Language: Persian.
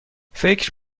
فکر